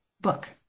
book